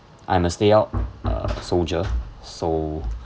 I'm a stay out uh soldier so